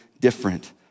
different